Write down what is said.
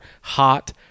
hot